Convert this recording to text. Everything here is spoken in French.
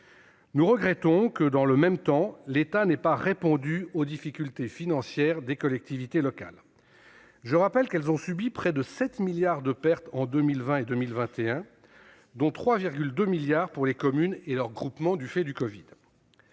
Nous regrettons que, dans le même temps, l'État n'ait pas répondu aux difficultés financières des collectivités locales. Je rappelle qu'elles ont subi près de 7 milliards d'euros de pertes en 2020 et 2021, dont 3,2 milliards d'euros pour les seules communes et leurs groupements, du fait de la covid.